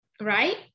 Right